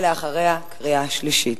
ואחריה, לקריאה שלישית.